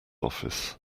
office